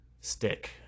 Stick